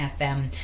FM